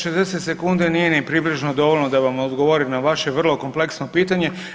60 sekundi nije ni približno dovoljno da vam odgovorim na vaše vrlo kompleksno pitanje.